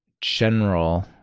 general